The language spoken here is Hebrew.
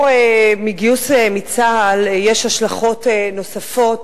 מגיוס מצה"ל יש השלכות נוספות